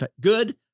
Good